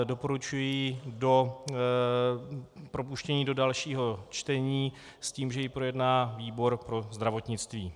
Doporučuji propuštění do dalšího čtení s tím, že ji projedná výbor pro zdravotnictví.